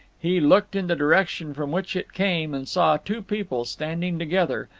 he looked in the direction from which it came and saw two people standing together,